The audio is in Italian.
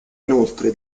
inoltre